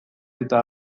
eta